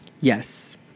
Yes